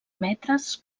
metres